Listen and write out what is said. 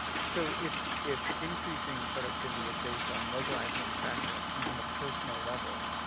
so if if increasing productivity is based on localized manufacturing at even the personal level,